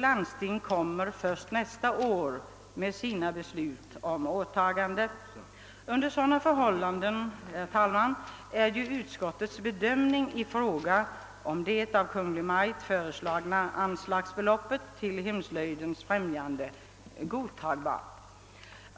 landsting kommer sannolikt med sina beslut om åtaganden först nästa år. Under sådana förhållanden, herr talman, är utskottets bedömning i fråga om det av Kungl. Maj:t föreslagna anslagsbeloppet till hemslöjdens främjande godtagbart.